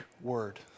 word